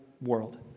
world